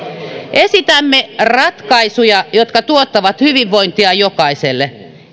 esitämme ratkaisuja jotka tuottavat hyvinvointia jokaiselle